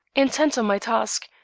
intent on my task,